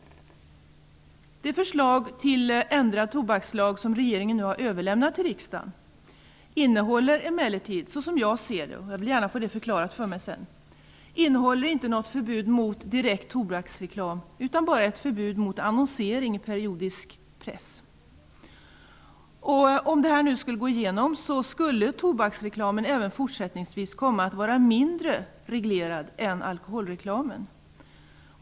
Det förslag till ändrad tobakslag som regeringen nu har överlämnat till riksdagen innehåller emellertid som jag ser det inget förbud mot direkt tobaksreklam utan bara ett förbud mot annonsering i periodisk press. Jag vill gärna få det förklarat för mig sedan. Om detta skulle gå igenom kommer tobaksreklamen även fortsättningsvis att vara mindre reglerad än alkoholreklamen.